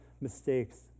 mistakes